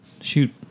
Shoot